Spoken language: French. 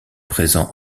présent